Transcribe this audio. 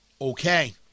Okay